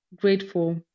grateful